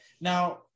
now